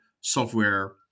software